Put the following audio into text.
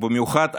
במיוחד היום,